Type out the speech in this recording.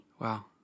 Wow